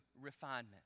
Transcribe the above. refinement